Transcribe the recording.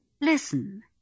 Listen